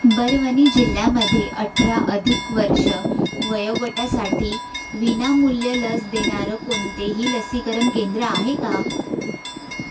बरवनी जिल्ह्यामध्ये अठरा अधिक वर्षं वयोगटासाठी विनामूल्य लस देणारं कोणतेही लसीकरण केंद्र आहे का